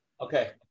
Okay